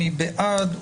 מי בעד?